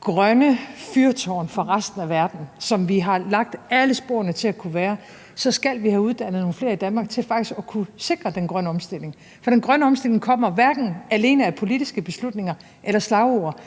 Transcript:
grønne fyrtårn for resten af verden, som vi har lagt alle sporene til at kunne være, skal vi have uddannet nogle flere i Danmark til faktisk at kunne sikre den grønne omstilling, for den grønne omstilling kommer hverken alene af politiske beslutninger eller slagord.